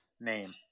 name